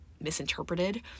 misinterpreted